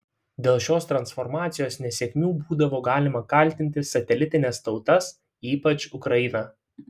dėl šios transformacijos nesėkmių būdavo galima kaltinti satelitines tautas ypač ukrainą